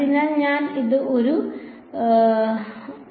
അതിനാൽ എനിക്ക് ഇത് ഒരു ആയി എഴുതാം